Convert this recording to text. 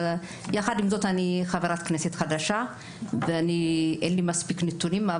יחד עם זאת אני חברת כנסת חדשה ואין לי מספיק נתונים.